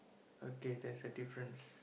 okay there's a difference